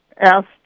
asked